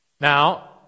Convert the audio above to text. Now